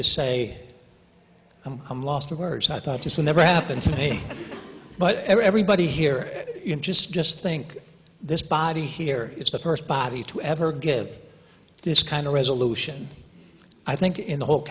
just say i'm lost for words i thought this would never happen to me but everybody here just just think this body here it's the first body to ever give this kind of resolution i think in the whole